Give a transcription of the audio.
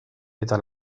eta